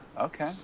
okay